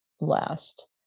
last